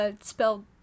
spelled